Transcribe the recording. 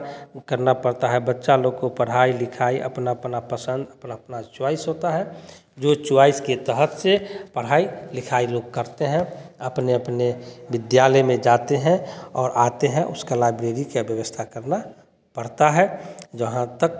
करना पड़ता है बच्चा लोग को पढ़ाई लिखाई अपना अपना पसंद अपना अपना चॉइस होता है जो चॉइस के तहत से पढ़ाई लिखाई लोग करते हैं अपने अपने विद्यालय में जाते हैं और आते हैं उसका लाइब्रेरी का व्यवस्था करना पड़ता है जहाँ तक